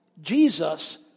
Jesus